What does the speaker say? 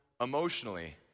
emotionally